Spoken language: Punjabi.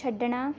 ਛੱਡਣਾ